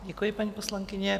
Děkuji, paní poslankyně.